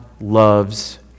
loves